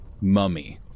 mummy